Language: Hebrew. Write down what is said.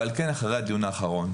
ועל כן אחרי הדיון האחרון,